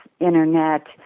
Internet